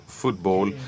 football